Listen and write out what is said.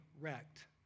wrecked